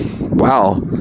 Wow